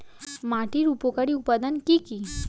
মাটির উপকারী উপাদান কি কি?